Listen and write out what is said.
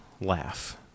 laugh